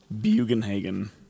Bugenhagen